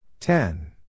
Ten